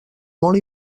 molt